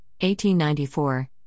1894